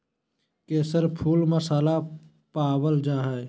केसर फुल मसाला पावल जा हइ